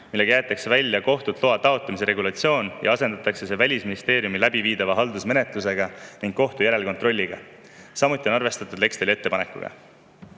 millega jäetakse välja kohtult loa taotlemise regulatsioon ja asendatakse see Välisministeeriumi läbiviidava haldusmenetlusega ning kohtu järelkontrolliga. Samuti on arvestatud Lextali ettepanekuga.